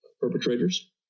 perpetrators